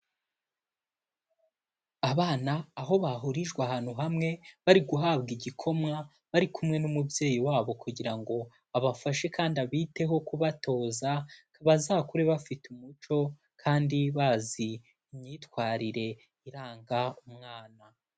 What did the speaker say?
Abana aho bahurijwe ahantu hamwe bari guhabwa igikoma, bari kumwe n'umubyeyi wabo kugira ngo abafashe kandi abiteho kubatoza bazakure bafite umuco kandi bazi imyitwarire iranga umwana.